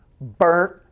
Burnt